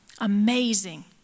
amazing